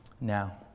now